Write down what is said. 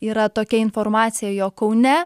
yra tokia informacija jog kaune